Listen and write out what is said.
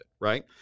right